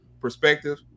perspective